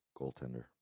Goaltender